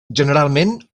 generalment